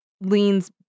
leans